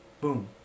boom